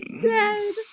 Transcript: Dead